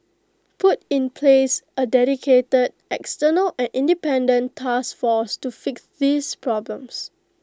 put in place A dedicated external and independent task force to fix these problems